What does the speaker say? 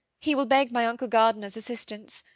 he will beg my uncle gardiner's assistance.